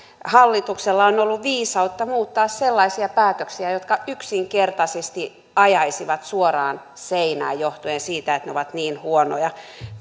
hallituksella on ollut viisautta muuttaa sellaisia päätöksiä jotka yksinkertaisesti ajaisivat suoraan seinään johtuen siitä että ne ovat niin huonoja